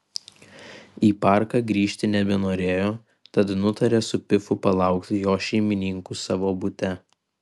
į parką grįžti nebenorėjo tad nutarė su pifu palaukti jo šeimininkų savo bute